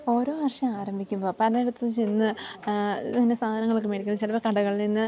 ഓരോ വർഷം ആരംഭിക്കുമ്പോൾ പലയിടത്തു ചെന്ന് ഇങ്ങനെ സാധനങ്ങളൊക്കെ മേടിക്കുമ്പോൾ ചിലപ്പോൾ കടകളിൽ നിന്ന്